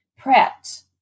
prepped